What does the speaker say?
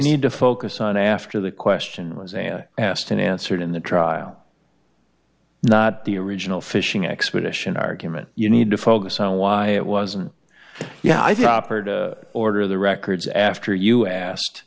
need to focus on after the question was and asked and answered in the trial not the original fishing expedition argument you need to focus on why it wasn't yeah i think op or to order the records after you asked